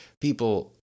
people